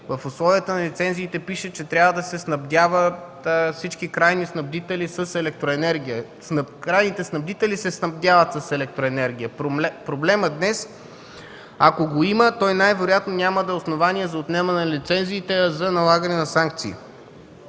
В условията на лицензиите пише, че всички крайни снабдители се снабдяват с електроенергия. Проблемът днес, ако го има, той най-вероятно няма да е основание за отнемане на лицензиите, а за налагане на санкции.